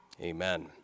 Amen